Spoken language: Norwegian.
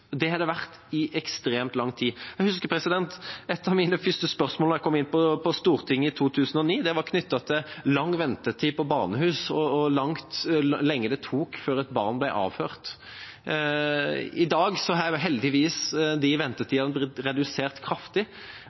Det har den vært i ekstremt lang tid. Jeg husker at et av mine første spørsmål da jeg kom inn på Stortinget i 2009, var knyttet til lang ventetid på barnehus, hvor lenge det tok før et barn ble avhørt. I dag er heldigvis de ventetidene blitt redusert kraftig,